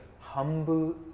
humble